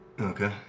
Okay